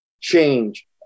change